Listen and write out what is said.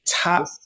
top